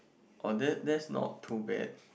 oh then that's not too bad